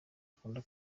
akunda